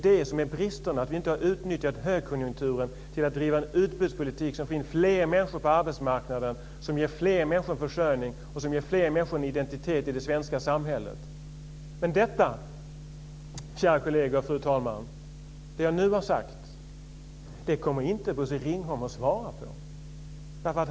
Den stora bristen är att ni inte har utnyttjat högkonjunkturen till att driva en utbudspolitik som får in fler människor på arbetsmarknaden och som ger fler människor försörjning och en identitet i det svenska samhället. Kära kolleger och fru talman! Det som jag nu har sagt kommer Bosse Ringholm inte att svara på.